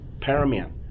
paramount